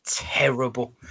terrible